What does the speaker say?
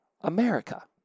America